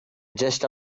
just